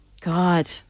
God